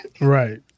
Right